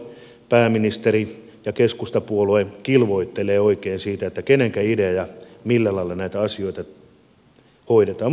pääministeri ja keskustapuolue kilvoittelevat oikein siitä kenen idea ja millä lailla näitä asioita hoidetaan